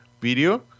video